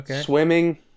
Swimming